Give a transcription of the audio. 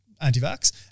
anti-vax